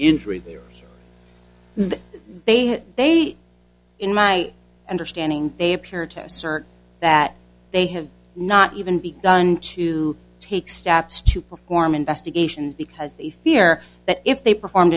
injury there and they had they in my understanding they appear to assert that they have not even begun to take steps to perform investigations because they fear that if they performed